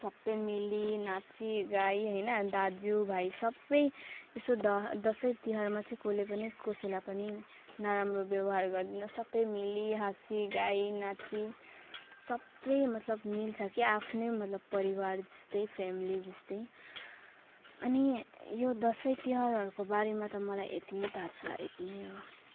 सबै मिली नाची गाइ होइन दाजु भाइ सबै यस्तो दसैँ तिहारमा चाहिँ कसले पनि कसैलाई पनि नराम्रो व्यवहार गर्दैन सबै मिली हाँसी गाइ नाची सबै मतलब मिल्छ के आफ्नै मतलब परिवार जस्तै फेमिली जस्तै अनि यो दसैँ तिहारहरूको बारेमा त मलाई यति थाह छ यति नै हो